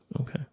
okay